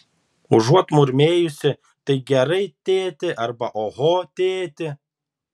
užuot murmėjusi tai gerai tėti arba oho tėti